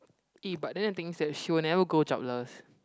eh but then I think that she will never go jobless